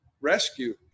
rescue